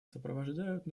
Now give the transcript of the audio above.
сопровождают